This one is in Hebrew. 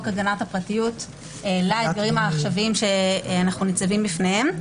הגנת הפרטיות לאתגרים העכשוויים שאנו ניצבים בפניהם.